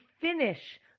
finish